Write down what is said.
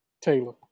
Taylor